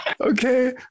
Okay